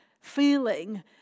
feeling